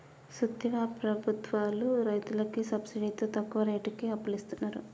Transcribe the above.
సూత్తివా ప్రభుత్వాలు రైతులకి సబ్సిడితో తక్కువ రేటుకి అప్పులిస్తున్నరు